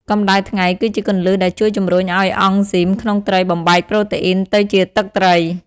កំដៅថ្ងៃ គឺជាគន្លឹះដែលជួយជំរុញឱ្យអង់ស៊ីមក្នុងត្រីបំបែកប្រូតេអ៊ីនទៅជាទឹកត្រី។